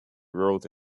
wrote